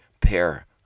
pair